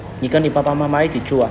你跟你爸爸妈妈一起住 ah